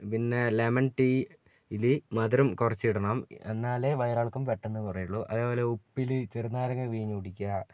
പിന്നെ ലെമൺടീയിൽ മധുരം കുറച്ചിടണം എന്നാലേ വയറിളക്കം പെട്ടെന്ന് കുറയുകയുള്ളൂ പിന്നെ ഉപ്പില് ചെറുനാരങ്ങ പിഴിഞ്ഞു കുടിക്കുക